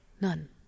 None